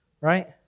right